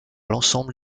l’ensemble